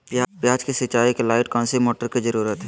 प्याज की सिंचाई के लाइट कौन सी मोटर की जरूरत है?